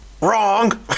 Wrong